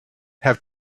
have